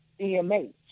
dmh